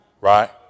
Right